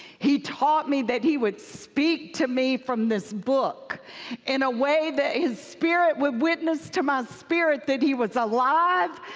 he taught me that he would speak to me from this book in a way that his spirit would witness to my spirit that he was alive,